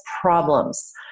problems